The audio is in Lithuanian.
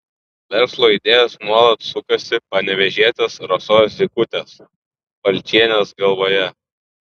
verslo idėjos nuolat sukasi panevėžietės rasos zykutės balčienės galvoje